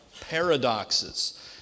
paradoxes